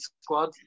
squad